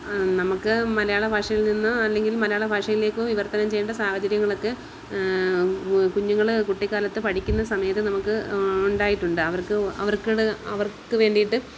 നമുക്ക് മലയാള ഭാഷയിൽനിന്നോ അല്ലെങ്കിൽ മലയാള ഭാഷയിലേക്കോ വിവർത്തനം ചെയ്യേണ്ട സാഹചര്യങ്ങളൊക്കെ കുഞ്ഞുങ്ങൾ കുട്ടിക്കാലത്ത് പഠിക്കുന്ന സമയത്ത് നമുക്ക് ഉണ്ടായിട്ടുണ്ട് അവർക്ക് അവർക്കുവേണ്ടിയിട്ട്